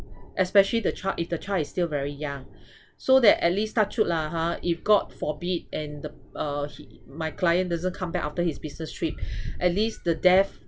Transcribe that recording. especially the child if the child is still very young so that at least touch wood lah ha if got forbid and the uh he my client doesn't come back after his business trip at least the death